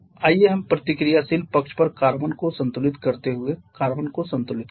आइए हम प्रतिक्रियाशील पक्ष पर कार्बन को संतुलित करते हुए कार्बन को संतुलित करें